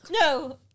No